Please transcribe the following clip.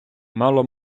мало